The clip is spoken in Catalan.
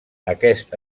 aquest